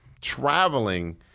traveling